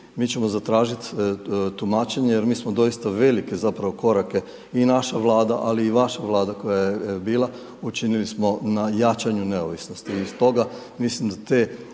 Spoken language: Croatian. Mi ćemo zatražiti tumačenje, jer mi smo velike zapravo korake i naša vlada, ali i vaša vlada koja je bila učinili smo na jačanje neovisnosti. I stoga, mislim da te